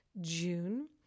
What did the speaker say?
June